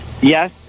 Yes